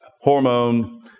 hormone